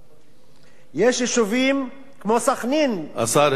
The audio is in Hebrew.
יש יישובים כמו סח'נין, השר לשעבר הרצוג.